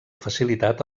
facilitat